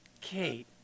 Kate